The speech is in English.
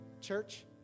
Church